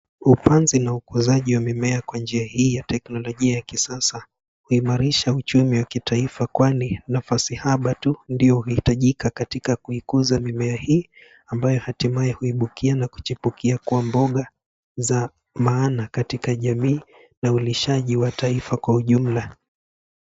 Upanzi na ukuzaji wa mimea kwa njia hii ya teknolojia ya kisasa imeimarisha uchumi wa kitaifa kwani nafasi haba tu ndo uhitajika katika kuikuza mimea hii ambayo hatimaye huibukia na kuchipukia kwa mboga za maana katika jamii na ulishaji wa taifa kwa ujumla.